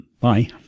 Bye